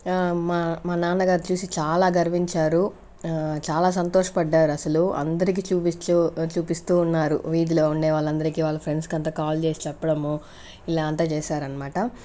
మా మా నాన్నగారు చూసి చాలా గర్వించారు చాలా సంతోషపడ్డారు అసలు అందరికీ చూపించు చూపిస్తూ ఉన్నారు వీధిలో ఉండే వాళ్ళందరికీ వాళ్ళ ఫ్రెండ్స్కు అంతా కాల్ చేసి చెప్పడము ఇలా అంతా చేశారనమాట